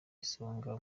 asenga